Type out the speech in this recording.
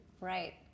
Right